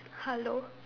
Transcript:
hello